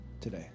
today